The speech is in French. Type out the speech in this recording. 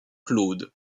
claude